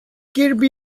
kirby